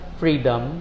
freedom